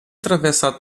atravessar